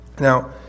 Now